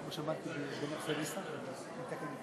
33 תומכים, 45 מתנגדים.